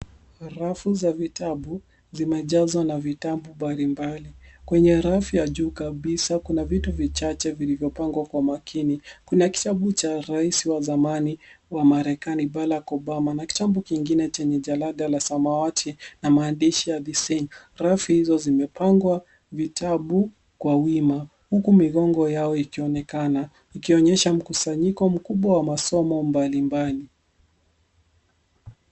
Rafu za vitabu zimejazwa na vitabu mbalimbali. Kwenye rafu ya juu kabisa kuna vitu vichache vilivyopangwa kwa makini. Kuna kitabu cha rais wa zamani wa marekani Barack Obama na kitabu kingine chenye jalada la samawati na maandishi ya Thee Sing . Rafu hizo zimepangwa vitabu kwa wima huku migongo yao ikaonekana ikionyesha mkusanyiko mkubwa wa masomo mbalimbali.